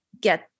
get